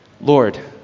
Lord